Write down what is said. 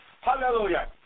Hallelujah